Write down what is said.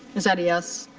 is that a yes?